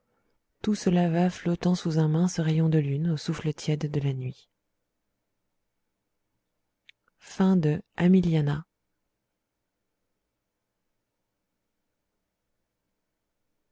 tout cela va flottant sous un mince rayon de lune au souffle tiède de la nuit